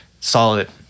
Solid